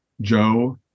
Joe